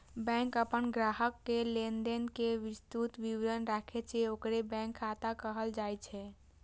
bank अपन ग्राहक के लेनदेन के विस्तृत विवरण राखै छै, ओकरे बैंक खाता कहल जाइ छै